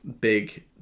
big